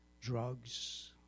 drugs